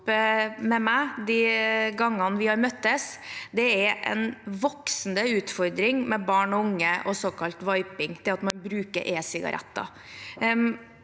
med meg de gangene vi har møttes, er en voksende utfordring med barn og unge og «viping» – det at man bruker e-sigaretter.